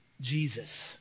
Jesus